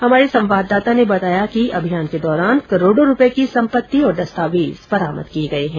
हमारे संवाददाता ने बताया कि सर्च अभियान के दौरान करोडो रुपये की सम्पत्ति और दस्तावेज बरामद किये गये हैं